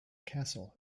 castle